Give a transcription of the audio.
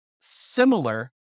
similar